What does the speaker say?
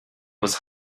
was